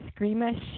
screamish